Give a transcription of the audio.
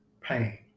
pain